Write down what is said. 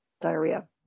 diarrhea